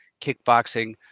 kickboxing